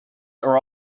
are